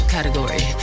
Category